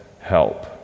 Help